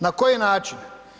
Na koji način?